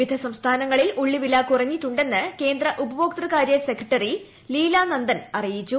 വിവിധ സംസ്ഥാനങ്ങളിൽ ഉള്ളി വില കുറഞ്ഞിട്ടുണ്ടെന്ന് കേന്ദ്ര ഉപഭോക്തൃകാരൃ സെക്രട്ടറി ലീലാ നന്ദൻ അറിയിച്ചു